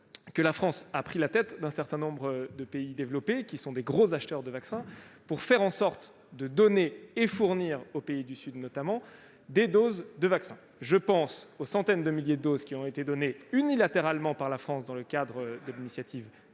la France a pris la tête d'un certain nombre de pays développés, qui sont de grands acheteurs de vaccins, pour fournir, notamment aux pays du Sud, des doses de vaccin. Je pense aux centaines de milliers de doses qui ont été données unilatéralement par la France dans le cadre de l'initiative